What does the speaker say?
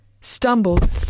stumbled